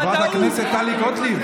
חברת הכנסת טלי גוטליב.